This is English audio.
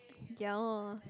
ya oh